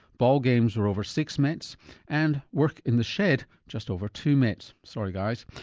ball games were over six mets and work in the shed just over two mets sorry guys.